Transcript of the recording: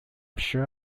sure